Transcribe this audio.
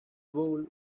wool